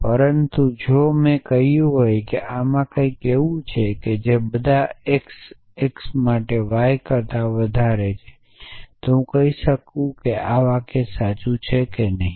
પરંતુ જો મેં કહ્યું હતું કે આમાં કંઈક એવું છે કે જે બધાં xx માટે y કરતા વધારે છે તો પછી હું કહી શકું છું કે વાક્ય સાચું છે કે નહીં